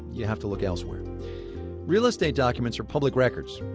you have to look elsewhere real-estate documents are public records.